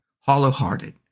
hollow-hearted